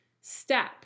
step